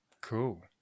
Cool